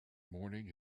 morning